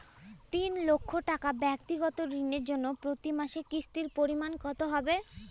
তিন লক্ষ টাকা ব্যাক্তিগত ঋণের জন্য প্রতি মাসে কিস্তির পরিমাণ কত হবে?